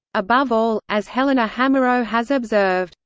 above all, as helena hamerow has observed,